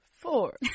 four